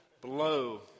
Blow